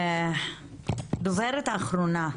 דוברת אחרונה,